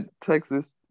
Texas